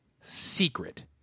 Secret